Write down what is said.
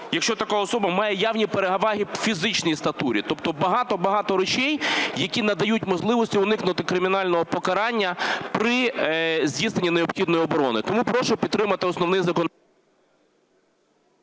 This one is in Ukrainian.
якщо така особа має явні переваги фізичної статури. Тобто багато-багато речей, які надають можливість уникнути кримінального покарання при здійсненні необхідної оборони. Тому прошу підтримати основний …